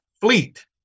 fleet